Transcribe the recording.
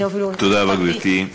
תודה רבה, גברתי.